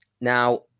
Now